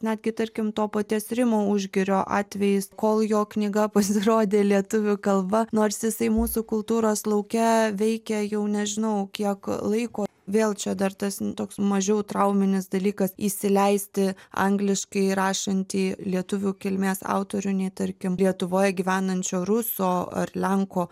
netgi tarkim to paties rimo užgirio atvejis kol jo knyga pasirodė lietuvių kalba nors jisai mūsų kultūros lauke veikia jau nežinau kiek laiko vėl čia dar tas toks mažiau trauminis dalykas įsileisti angliškai rašantį lietuvių kilmės autorių nei tarkim lietuvoj gyvenančio ruso ar lenko